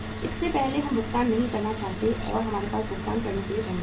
इससे पहले हम भुगतान नहीं करना चाहते हैं और हमारे पास भुगतान करने के लिए धन नहीं है